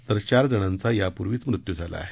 तर चार जणांचा यापूर्वीच मृत्यु झाला आहे